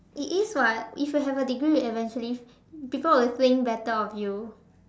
it is [what] if you have a degree will eventually people will think better of you